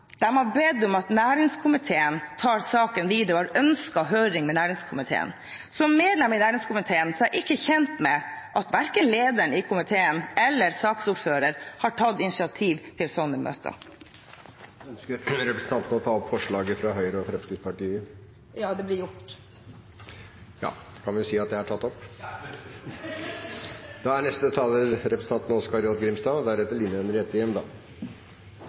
har bedt om at næringskomiteen tar saken videre, og har ønsket høring med næringskomiteen. Som medlem i næringskomiteen er jeg ikke kjent med at verken lederen i komiteen eller saksordføreren har tatt initiativ til slike møter. Ønsker representanten å ta opp forslagene fra Høyre og Fremskrittspartiet? Ja.